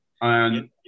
and-